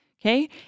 Okay